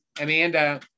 Amanda